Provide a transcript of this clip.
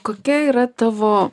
kokia yra tavo